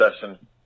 session